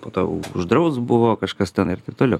po to uždraus buvo kažkas ten ir taip toliau